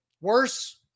worse